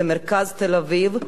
במרכז תל-אביב.